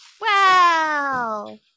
Wow